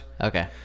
Okay